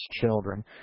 children